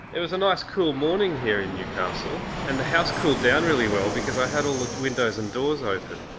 it was a nice cool morning here in newcastle and the house cooled down really well because i had all the windows and doors open,